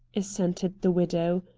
assented the widow.